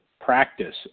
practice